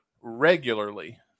regularly